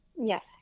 yes